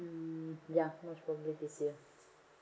mm most probably this year